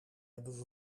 hebben